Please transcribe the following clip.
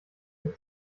der